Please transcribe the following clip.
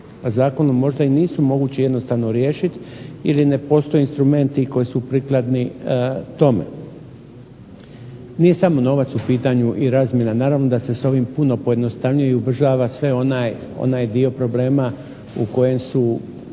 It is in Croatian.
Zakonom možda i nisu mogući jednostavno riješiti ili ne postoje instrumenti koji su prikladni tome. Nije samo novac u pitanju i razmjena, naravno da se s ovim puno pojednostavljuje i ubrzava onaj dio problema u kojem su